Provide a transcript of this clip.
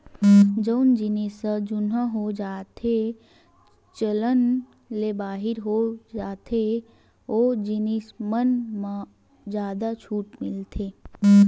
जउन जिनिस ह जुनहा हो जाथेए चलन ले बाहिर हो जाथे ओ जिनिस मन म जादा छूट मिलथे